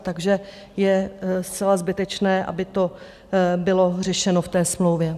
Takže je zcela zbytečné, aby to bylo řešeno v té smlouvě.